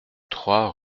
trois